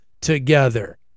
together